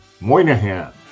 Moynihan